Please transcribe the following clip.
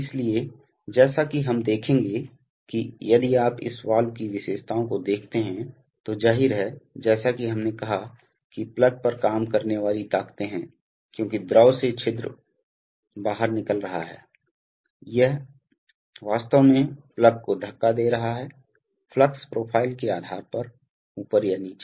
इसलिए जैसा कि हम देखेंगे कि यदि आप इस वाल्व की विशेषताओं को देखते हैं तो जाहिर है जैसा कि हमने कहा कि प्लग पर काम करने वाली ताकतें हैं क्योंकि द्रव से छिद्र बाहर निकल रहा है यह वास्तव में प्लग को धक्का दे रहा है फ्लक्स प्रोफ़ाइल के आधार पर ऊपर या नीचे